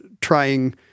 trying